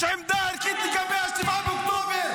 יש עמדה ערכית לגבי 7 באוקטובר,